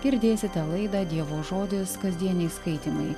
girdėsite laidą dievo žodis kasdieniai skaitymai